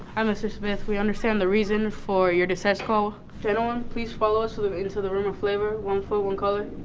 hi, mr. smith. we understand the reason for your distress call. gentlemen, please follow us sort of into the room of flavor, one foot, one color.